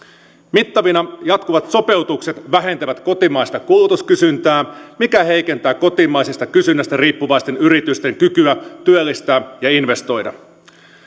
mittavina jatkuvat sopeutukset vähentävät kotimaista kulutuskysyntää mikä heikentää kotimaisesta kysynnästä riippuvaisten yritysten kykyä työllistää ja investoida